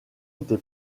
été